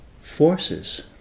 forces